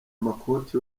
amakoti